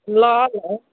ल ल